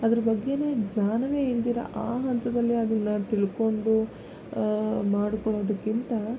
ಅದ್ರ ಬಗ್ಗೆನೆ ಜ್ಞಾನವೇ ಇಲ್ದಿರ ಆ ಹಂತದಲ್ಲಿ ಅದನ್ನು ತಿಳ್ಕೊಂಡು ಮಾಡ್ಕೊಳ್ಳೋದಕ್ಕಿಂತ